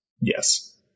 Yes